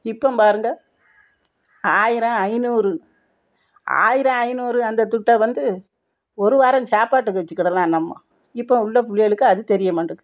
இப்ப பாருங்க ஆயிரம் ஐநூறு ஆயிரம் ஐநூறு அந்த துட்டை வந்து ஒரு வாரம் சாப்பாட்டுக்கு வச்சுக்கிடலாம் நம்ம இப்ப உள்ள பிள்ளைகளுக்கு அது தெரிய மாட்டேக்கு